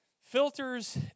filters